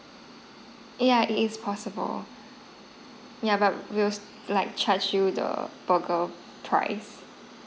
yeah it is possible yeah but we like charge you the burger price